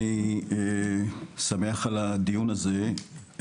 אני שמח על הדיון הזה.